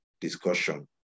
discussion